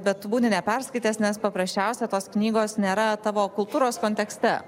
bet neperskaitęs nes paprasčiausia tos knygos nėra tavo kultūros kontekste